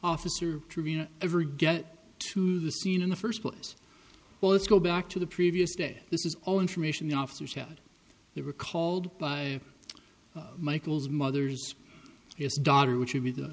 trevino ever get to the scene in the first place well let's go back to the previous day this is all information the officer said he recalled by michael's mother's is daughter which would be the